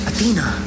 Athena